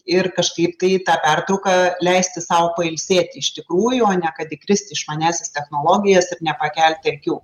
ir kažkaip tai ta pertrauka leisti sau pailsėti iš tikrųjų o ne kad įkristi išmaniąsias technologijas ir nepakelti akių